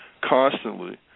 constantly